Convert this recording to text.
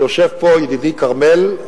יושב פה ידידי כרמל,